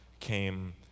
came